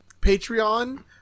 Patreon